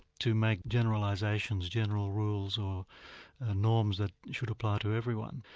to make generalisations, general rules or norms that should apply to everyone.